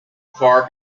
far